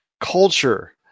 culture